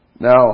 Now